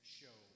show